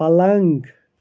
پلنٛگ